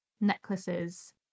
necklaces